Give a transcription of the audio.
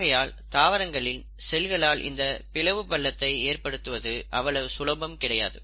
ஆகையால் தாவரங்களில் செல்களால் இந்த பிளவு பள்ளத்தை ஏற்படுத்துவது அவ்வளவு சுலபம் கிடையாது